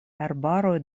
arbaroj